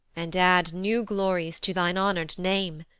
and add new glories to thine honour'd name,